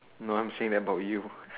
no I am saying that about you